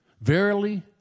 Verily